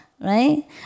right